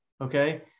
Okay